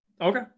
Okay